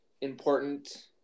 important